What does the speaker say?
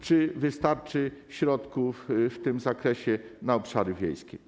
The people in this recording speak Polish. Czy wystarczy środków w tym zakresie na obszary wiejskie?